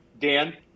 Dan